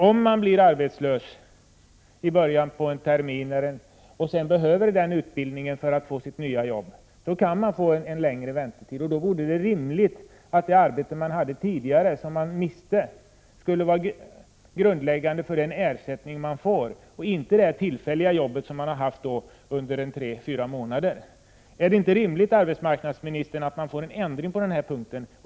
Om man blir arbetslös vid en tidpunkt då en termin just har börjat men behöver denna utbildning för att få ett nytt jobb kan väntetiden bli längre. Då vore det rimligt att lönen för det arbete man hade tidigare men miste skulle vara grundläggande för den ersättning man får — inte inkomsten från det tillfälliga jobb som man haft under tre fyra månader. Är det inte rimligt, arbetsmarknadsministern, att få en ändring på den här punkten?